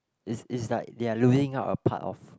it's it's like they are losing up a part of